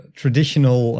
traditional